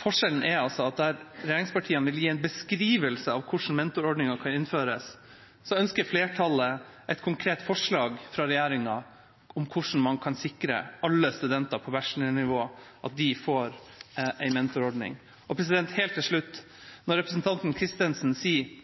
forskjellen er at der regjeringspartiene vil gi en beskrivelse av hvordan mentorordningen kan innføres, ønsker flertallet et konkret forslag fra regjeringa om hvordan man kan sikre at alle studenter på bachelornivå får en mentorordning. Helt til slutt: Når representanten Kristensen sier